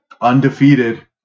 undefeated